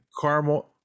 caramel